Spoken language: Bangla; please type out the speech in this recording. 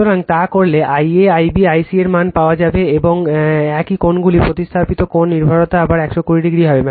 সুতরাং তা করলে I a Ib I c এর মান পাওয়া যাবে একই কোণগুলিও প্রতিস্থাপিত কোণ নির্ভরতা আবার 120o হবে